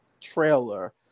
trailer